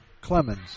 Clemens